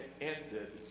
ended